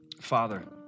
Father